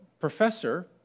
professor